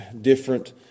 different